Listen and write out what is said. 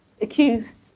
accused